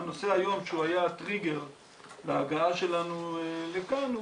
הנושא היום שהוא היה הטריגר להגעה שלנו לכאן הוא